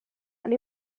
and